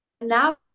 now